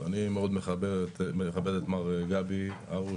אני מאוד מכבד את מר גבי הרוש,